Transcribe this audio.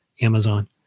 Amazon